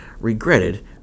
regretted